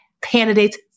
candidates